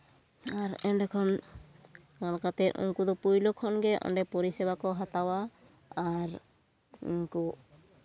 ᱟᱨ ᱮᱸᱰᱮᱠᱷᱟᱱ ᱡᱟᱦᱟᱸ ᱞᱮᱠᱟᱛᱮ ᱩᱱᱠᱩ ᱫᱚ ᱯᱳᱭᱞᱳ ᱠᱷᱚᱱᱜᱮ ᱚᱸᱰᱮ ᱯᱚᱨᱤᱥᱮᱵᱟ ᱠᱚ ᱦᱟᱛᱟᱣᱟ ᱟᱨ ᱩᱱᱠᱩ